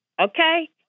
Okay